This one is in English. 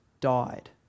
died